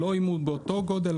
לא אם הוא באותו גודל,